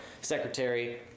secretary